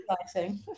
exciting